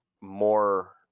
more